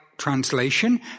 Translation